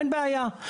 אין בעיה.